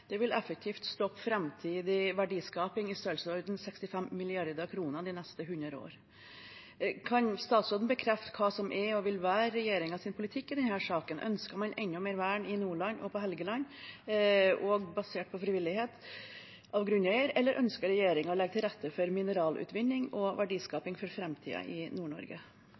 vil effektivt stoppe framtidig verdiskaping i størrelsesorden 65 mrd. kr de neste hundre år. Kan statsråden bekrefte hva som er og vil være regjeringens politikk i denne saken? Ønsker man enda mer vern i Nordland og på Helgeland, også basert på frivillighet av grunneier, eller ønsker regjeringen å legge til rette for mineralutvinning og verdiskaping for framtiden i